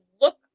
look